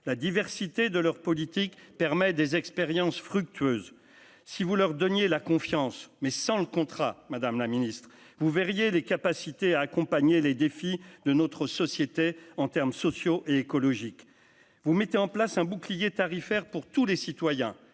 la diversité de leur politique permet des expériences fructueuses si vous leur donniez la confiance mais sans le contrat Madame la Ministre, vous verriez les capacités à accompagner les défis de notre société en termes sociaux et écologiques, vous mettez en place un bouclier tarifaire pour tous les citoyens,